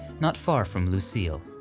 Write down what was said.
not far from lucille.